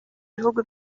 bihugu